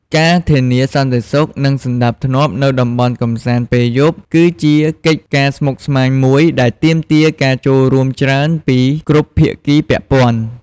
ការធានាសន្តិសុខ និងសណ្តាប់ធ្នាប់នៅតំបន់កម្សាន្តពេលយប់ គឺជាកិច្ចការស្មុគស្មាញមួយដែលទាមទារការចូលរួមច្រើនពីគ្រប់ភាគីពាក់ព័ន្ធ។